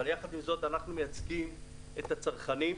אבל יחד עם זאת אנחנו מייצגים את הצרכנים.